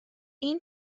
این